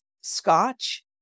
scotch